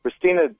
Christina